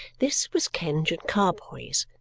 this was kenge and carboy's.